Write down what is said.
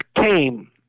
came